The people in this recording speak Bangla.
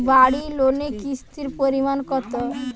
বাড়ি লোনে কিস্তির পরিমাণ কত?